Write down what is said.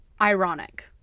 ironic